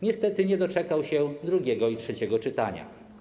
Niestety nie doczekał się drugiego czytania, trzeciego czytania.